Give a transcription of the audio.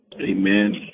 Amen